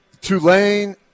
Tulane